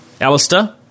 Alistair